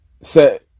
Set